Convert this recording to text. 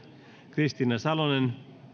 kristiina salonen